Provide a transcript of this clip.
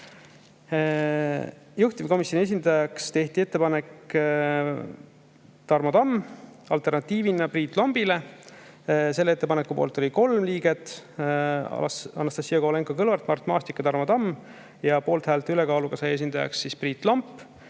Juhtivkomisjoni esindajaks tehti ettepanek määrata Tarmo Tamm alternatiivina Priit Lombile. Selle ettepaneku poolt oli 3 liiget: Anastassia Kovalenko-Kõlvart, Mart Maastik ja Tarmo Tamm. Poolthäälte ülekaaluga sai esindajaks Priit Lomp.